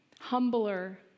humbler